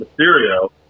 Mysterio